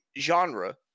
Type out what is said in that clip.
genre